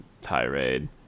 tirade